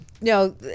no